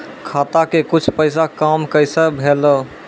खाता के कुछ पैसा काम कैसा भेलौ?